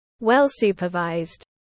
well-supervised